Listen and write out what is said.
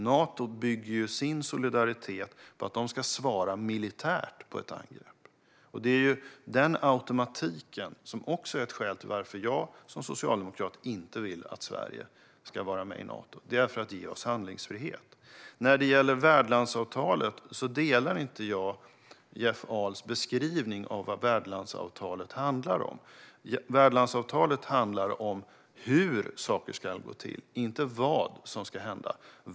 Nato bygger sin solidaritet på att medlemsländerna ska svara militärt på ett angrepp. Det är den automatiken som också är ett skäl till att jag som socialdemokrat inte vill att Sverige ska vara med i Nato, det vill säga för att ge oss handlingsfrihet. Jag instämmer inte i Jeff Ahls beskrivning av vad värdlandsavtalet handlar om. Värdlandsavtalet handlar om hur saker ska gå till, inte vad som ska hända.